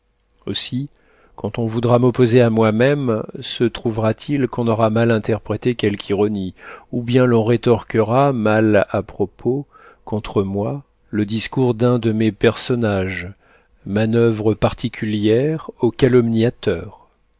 aussi quand on voudra m'opposer à moi-même se trouvera-t-il qu'on aura mal interprété quelque ironie ou bien l'on retorquera mal à propos contre moi le discours d'un de mes personnages manoeuvre particulière aux calomniateurs